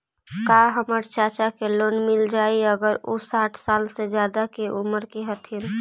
का हमर चाचा के लोन मिल जाई अगर उ साठ साल से ज्यादा के उमर के हथी?